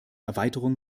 erweiterung